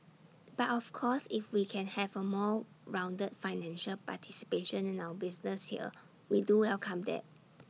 but of course if we can have A more rounded financial participation in our business here we do welcome that